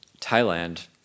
Thailand